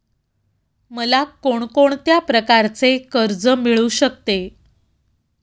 मला कोण कोणत्या प्रकारचे कर्ज मिळू शकते?